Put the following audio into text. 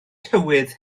tywydd